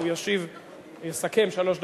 הוא יסכם שלוש דקות,